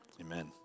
amen